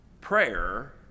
prayer